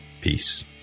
Peace